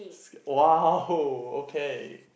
sk~ !wow! okay